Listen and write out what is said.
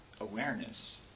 awareness